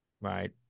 right